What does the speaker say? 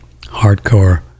hardcore